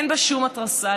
אין בה שום התרסה.